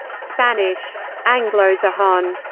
spanish anglosajon,